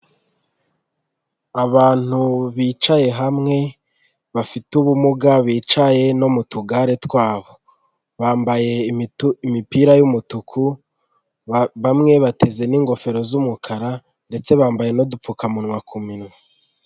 Abantu bicaye hamwe bafite ubumuga bicaye no mu tugare twabo, bambaye imipira y'umutuku, bamwe bateze n'ingofero z'umukara ndetse bambaye n'udupfukamunwa ku minwa.